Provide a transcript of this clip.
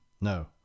No